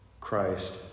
Christ